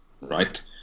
right